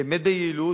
באמת ביעילות,